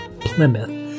Plymouth